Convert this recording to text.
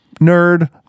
nerd